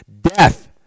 Death